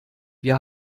wir